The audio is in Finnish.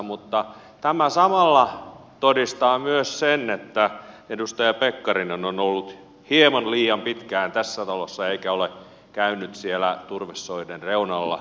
mutta tämä samalla todistaa myös sen että edustaja pekkarinen on ollut hieman liian pitkään tässä talossa eikä ole käynyt siellä turvesoiden reunalla